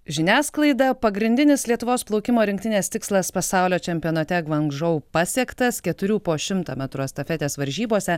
žiniasklaida pagrindinis lietuvos plaukimo rinktinės tikslas pasaulio čempionate gvangdžou pasiektas keturių po šimtą metrų estafetės varžybose